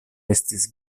estis